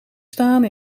staan